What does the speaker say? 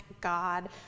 God